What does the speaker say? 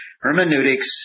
Hermeneutics